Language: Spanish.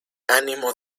ánimo